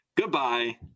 goodbye